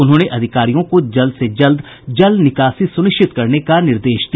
उन्होने अधिकारियों को जल्द से जल्द जल निकासी सुनिश्चित करने का निर्देश दिया